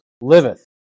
liveth